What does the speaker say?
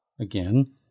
Again